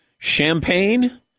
Champagne